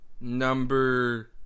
number